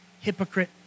hypocrite